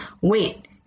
wait